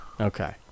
Okay